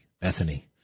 Bethany